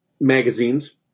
Magazines